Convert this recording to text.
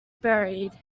buried